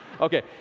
Okay